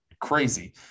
crazy